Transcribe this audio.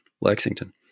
Lexington